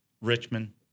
Richmond